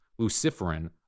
luciferin